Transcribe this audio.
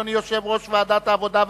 אדוני יושב-ראש ועדת העבודה,